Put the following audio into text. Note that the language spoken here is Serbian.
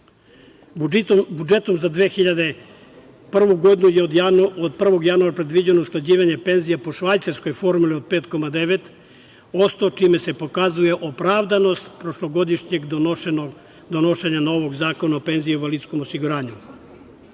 pomoći. Budžetom za 2001. godinu je od 1. januara, predviđeno usklađivanje penzija po švajcarskoj formuli od 5,9%, čime se pokazuje opravdanost prošlogodišnjeg donošenja novog Zakona o penzijskog i invalidskog osiguranja. Smatramo